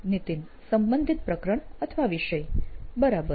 નીતિન સંબંધિત પ્રકરણ અથવા વિષય બરાબર